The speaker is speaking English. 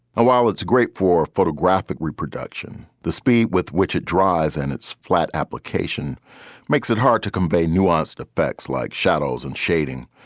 while it's great for photographic reproduction, the speed with which it draws and its flat application makes it hard to convey nuanced effects like shadows and shading.